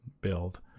build